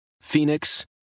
Phoenix